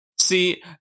See